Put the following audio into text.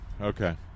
Okay